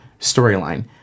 storyline